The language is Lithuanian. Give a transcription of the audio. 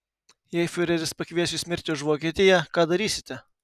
jei fiureris pakvies jus mirti už vokietiją ką darysite